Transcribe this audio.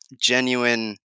genuine